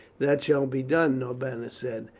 that shall be done, norbanus said,